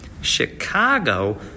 Chicago